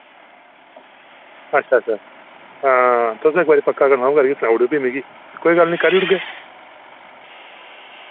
अच्छा अच्छा हां तुस इक बारी पक्का कन्फर्म करियै सनाई ओड़ेओ फ्ही मिकी कोई गल्ल निं करी ओड़गे